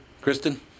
Kristen